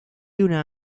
una